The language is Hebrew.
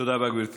תודה רבה, גברתי.